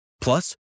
Plus